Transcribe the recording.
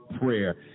prayer